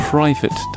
Private